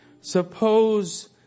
suppose